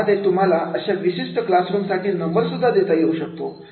यामध्ये तुम्हाला अशा विशिष्ट क्लाससाठी रूम नंबर सुद्धा देता येऊ शकतो